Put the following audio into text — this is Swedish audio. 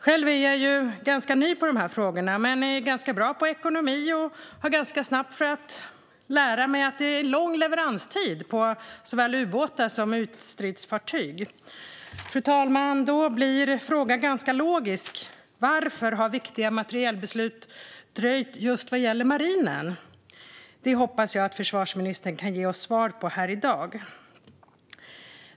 Själv är jag ganska ny när det gäller dessa frågor, men jag är bra på ekonomi och lär mig snabbt. Jag har förstått att det är lång leveranstid för såväl ubåtar som ytstridsfartyg. Fru talman! Frågan blir då ganska logisk: Varför har viktiga materielbeslut dröjt just vad gäller marinen? Det hoppas jag att försvarsministern kan ge oss svar på här i dag.